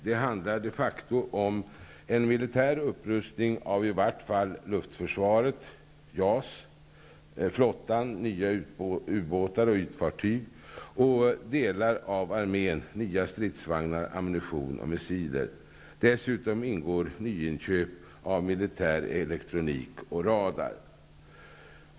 Det handlar de facto om en militär upprustning av i vart fall luftförsvaret med JAS, av flottan med nya ubåtar och ytfartyg, och av delar av armén med nya stridsvagnar, ammunition och missiler. Dessutom ingår nyinköp av militär elektronik och radar.